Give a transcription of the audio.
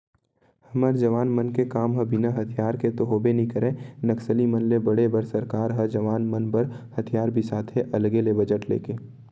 हमर जवान मन के काम ह बिना हथियार के तो होबे नइ करय नक्सली मन ले लड़े बर सरकार ह जवान मन बर हथियार बिसाथे अलगे ले बजट लेके